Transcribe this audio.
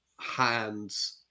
hands